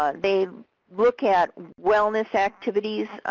ah they look at wellness activities,